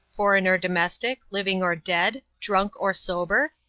foreign or domestic, living or dead, drunk or sober?